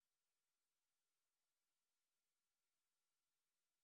גם את החשב הכללי וגם את מנהל רשות המיסים.